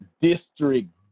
District